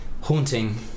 Haunting